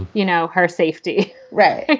you know, her safety, right? like